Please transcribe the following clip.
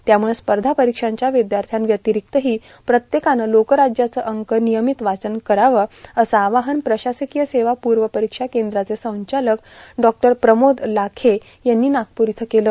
त्यामुळं स्पर्धा परीक्षांच्या विद्यार्थ्याव्यतिरिक्तही प्रत्येकानं लोकराज्य अंकाचं नियमित वाचन करावं असं आवाहन प्रशासकीय सेवा पूर्व परीक्षा केंद्राचे संचालक डॉ प्रमोद लाखे यांनी नागपूर इथं केलं